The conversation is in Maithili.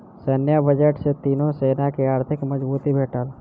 सैन्य बजट सॅ तीनो सेना के आर्थिक मजबूती भेटल